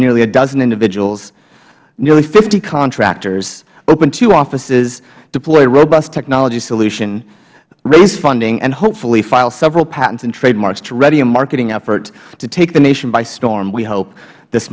nearly a dozen individuals nearly fifty contractors open two offices deploy robust technology solution raise funding and hopefully file several patents and trademarks to ready a marketing effort to take the nation by stormh we hopeh this